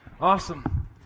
Awesome